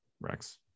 Rex